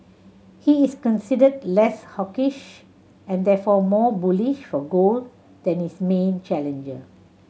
he is considered less hawkish and therefore more bullish for gold than his main challenger